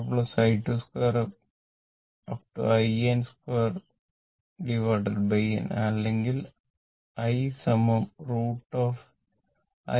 in2 n അല്ലെങ്കിൽ I √i12 i22